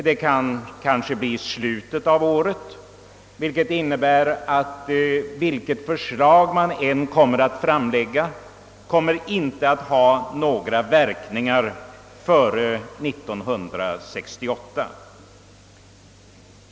Det blir kanske i slutet av året, vilket innebär att förslaget, oavsett sitt innehåll, inte kommer att få några verkningar före 1968.